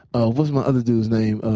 ah what's my other dude's name?